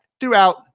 throughout